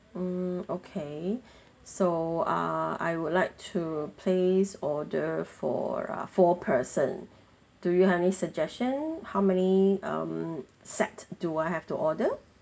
mm okay so ah I would like to place order for a four person do you have any suggestion how many um set do I have to order